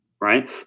Right